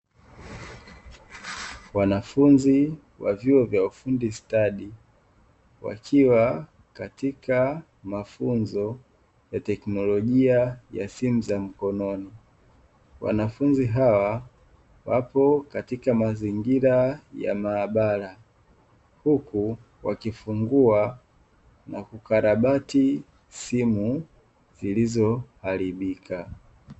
Wanafunzi wa vuo vya ufundi stadi wakiwa katika mafunzo ya tekinolojia ya simu za mkononi wanafunzi hawa wapo katika mazingira ya maabara huku wakifungua na kukalabati simu zilizo haribika.